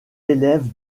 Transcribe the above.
élèves